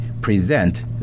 present